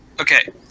Okay